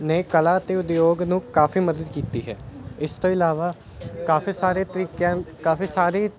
ਨੇ ਕਲਾ ਅਤੇ ਉਦਯੋਗ ਨੂੰ ਕਾਫੀ ਮਦਦ ਕੀਤੀ ਹੈ ਇਸ ਤੋਂ ਇਲਾਵਾ ਕਾਫੀ ਸਾਰੇ ਤਰੀਕਿਆਂ ਕਾਫੀ ਸਾਰੀ